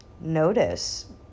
notice